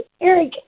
Eric